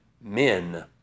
men